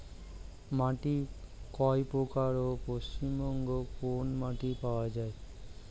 মাটি কয় প্রকার ও পশ্চিমবঙ্গ কোন মাটি পাওয়া য়ায়?